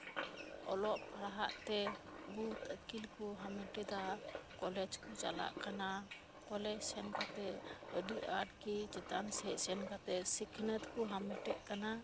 ᱚᱞᱚᱜ ᱯᱟᱲᱦᱟᱜ ᱛᱮ ᱵᱩᱫ ᱟᱹᱠᱤᱞ ᱠᱚ ᱦᱟᱢᱮᱴᱮᱫᱟ ᱠᱚᱞᱮᱡ ᱠᱚ ᱪᱟᱞᱟᱜ ᱠᱟᱱᱟ ᱠᱚᱞᱮᱡ ᱥᱮᱱ ᱠᱟᱛᱮ ᱟᱹᱰᱤ ᱟᱸᱴ ᱜᱮ ᱪᱮᱛᱟᱱ ᱥᱮᱱ ᱥᱮᱱ ᱠᱟᱛᱮ ᱥᱤᱠᱷᱱᱟᱹᱛ ᱠᱚ ᱦᱟᱢᱮᱴᱮᱛ ᱠᱟᱱᱟ